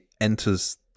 enters